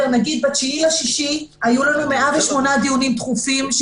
ב-9 ביוני היו לנו 108 דיונים דחופים,